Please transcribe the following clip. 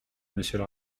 monsieur